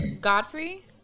Godfrey